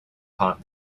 pot